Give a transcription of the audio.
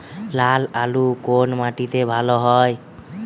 লাল আলু কোন মাটিতে ভালো হয়?